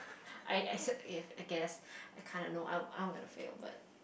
I I I guess I kind of know I'm I'm gonna fail but